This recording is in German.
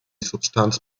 substanz